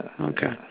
Okay